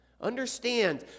Understand